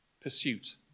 pursuit